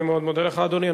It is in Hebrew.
אני מאוד מודה לך, אדוני.